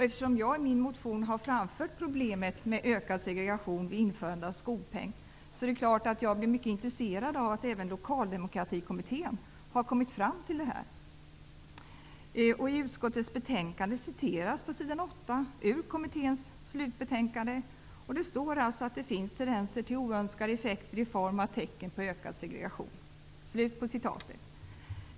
Eftersom jag i min motion också har framfört problemet med ökad segregation vid införande av skolpeng, är det klart att jag blir mycket intresserad när även Lokaldemokratikommittén kommit fram till detta. I utskottets betänkande på s. 8 citeras ur kommitténs slutbetänkande. Det står där att ''det finns tendenser till oönskade effekter i form av tecken på ökad segregation''.